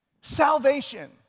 Salvation